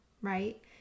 right